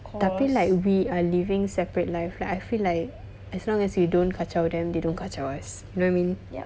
tapi like we are living separate life like I feel like as long as we don't kacau them they don't kacau us you know what I mean